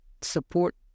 support